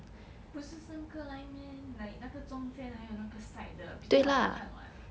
不是三个 lines meh 那个中间还有 side 的